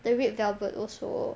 the red velvet also